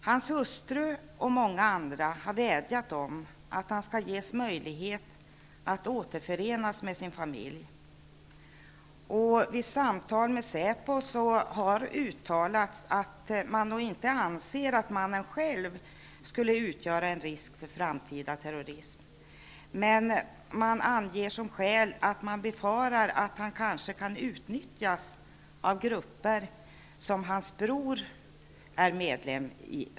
Hans hustru och många andra har vädjat att han skall ges möjlighet att återförenas med sin familj. Vid samtal med säpo har uttalats att man nog inte anser att mannen själv skulle utgöra en risk som framtida terrorist. Man anger som skäl att man befarar att han kan utnyttjas av de grupper där hans bror är medlem.